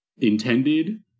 intended